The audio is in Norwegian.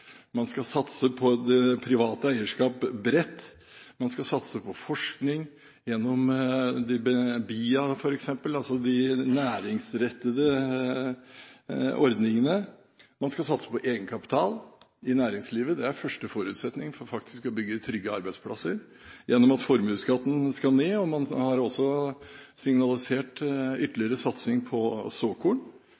man skal satse på ansattes medeierskap. Man skal satse på privat eierskap bredt. Man skal satse på forskning gjennom BIA, f.eks., altså de næringsrettede ordningene. Man skal satse på egenkapital i næringslivet, det er første forutsetning for å bygge trygge arbeidsplasser, gjennom at formuesskatten skal ned. Man har også signalisert